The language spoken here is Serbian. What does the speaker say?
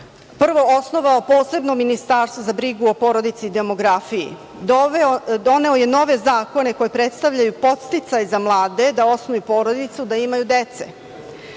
prvo osnovalo posebno Ministarstvo za brigu o porodici i demografiji. Doneo je nove zakone koji predstavljaju podsticaj za mlade da osnuju porodicu, da imaju dece. Ono